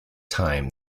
time